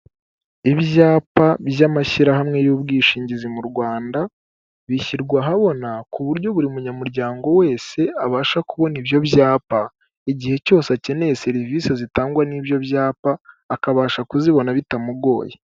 Ibyapa by'amashyirahamwe y'ubwishingizi mu rwanda, bishyirwa ahabona ku buryo buri munyamuryango wese abasha kubona ibyo byapa igihe cyose akeneye serivisi zitangwa n'ibyo byapa akabasha kuzibona bitamugoye.